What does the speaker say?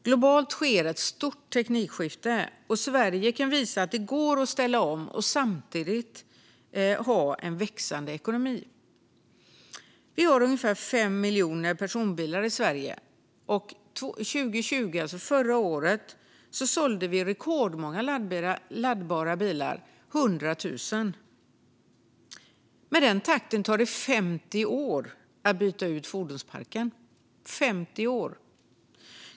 Globalt sker ett stort teknikskifte, och Sverige kan visa att det går att ställa om och samtidigt ha en växande ekonomi. Vi har ungefär 5 miljoner personbilar i Sverige. Förra året, 2020, såldes det 100 000 laddbara bilar, vilket var rekordmånga. Med den takten tar det 50 år att byta ut fordonsparken.